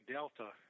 Delta